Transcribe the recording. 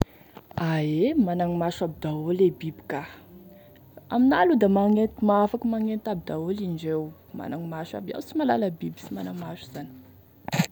Ae, managny maso aby daoly e biby ka, aminah aloha da magnety mahafaky magnenty aby daholy indreo, managny maso aby, iaho sy mahalala biby sy mana maso zany.